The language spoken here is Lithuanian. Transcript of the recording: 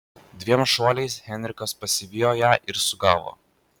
dviem šuoliais henrikas pasivijo ją ir sugavo